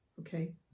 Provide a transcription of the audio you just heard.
okay